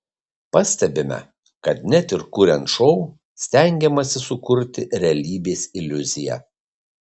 pastebime kad net ir kuriant šou stengiamasi sukurti realybės iliuziją